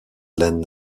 len